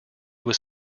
was